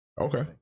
Okay